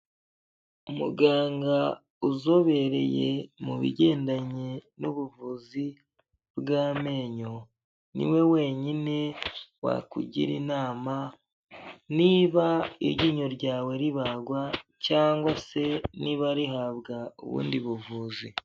Umuganga uzobereye mu bigendanye n'ubuvuzi bw'amenyo niwe wenyine wakugira inama niba iryinyo ryawe ribagwa cyangwa se niba rihabwa ubundi buvuzi.